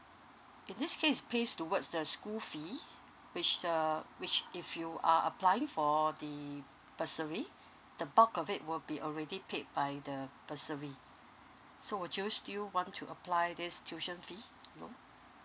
in this case it pays towards the school fee which is uh which if you uh applying for the bursary the bulk of it will be already paid by the bursary so would you still want to apply this tuition fee